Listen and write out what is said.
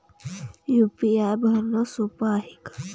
UPI भरनं सोप हाय का?